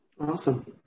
Awesome